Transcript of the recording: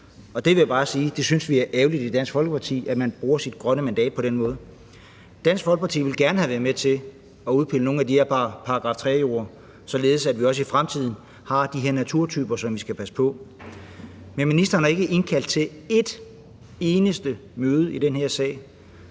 synes er ærgerligt, altså at man bruger sit grønne mandat på den måde. Dansk Folkeparti ville gerne have været med til at pille nogle af de her § 3-jorde ud, således at vi også i fremtiden har de her naturtyper, som vi skal passe på, men ministeren har ikke indkaldt til et eneste møde i den her sag.